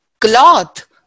cloth